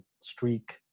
streak